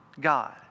God